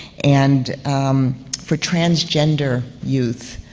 and for transgender youth,